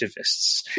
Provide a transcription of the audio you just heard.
activists